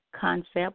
concept